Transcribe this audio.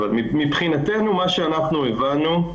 אבל מבחינתנו מה שאנחנו הבנו,